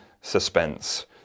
suspense